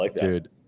Dude